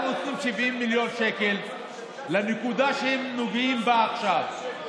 אנחנו נותנים 70 מיליון שקל לנקודה שהם נוגעים בה עכשיו,